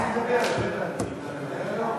רציתי לדבר.